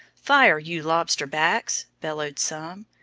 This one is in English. fire, you lobster-backs! bellowed some.